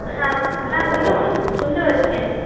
হ্যাঁ হ্যাঁ বলুন শুনতে পাচ্ছি আমি